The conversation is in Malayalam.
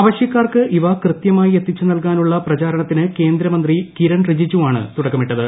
ആവശൃക്കാർക്ക് ഇവ കൃത്യമായി എത്തിച്ച് നൽകാൻ ഉള്ള പ്രചാരണത്തിന് കേന്ദ്രമന്ത്രി കിരൺ റിജിജു ആണ് തുടക്കമിട്ടത്